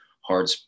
hard